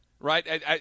Right